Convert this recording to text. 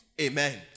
Amen